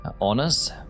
honors